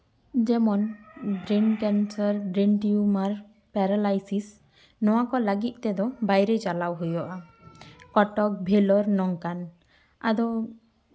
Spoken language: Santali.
ᱡᱮᱢᱚᱱ brain cancer brain tumour paralysis ᱱᱚᱣᱟ ᱠᱚ ᱞᱟᱹᱜᱤᱫ ᱛᱮᱫᱚ ᱵᱟᱭᱨᱮ ᱪᱟᱞᱟᱣ ᱦᱩᱭᱩᱜᱼᱟ ᱠᱚᱴᱚᱠ ᱵᱷᱮᱞᱳᱨ ᱱᱚᱝᱠᱟᱱ ᱟᱫᱚ